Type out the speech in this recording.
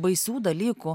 baisių dalykų